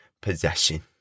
possession